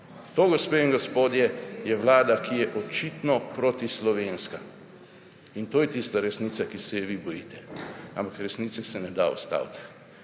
To, gospe in gospodje je vlada, ki je očitno protislovenska. In to je tista resnica, ki se je vi bojite. Ampak resnice se več ne da ustaviti.